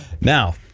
Now